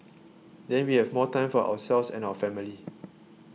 then we have more time for ourselves and our family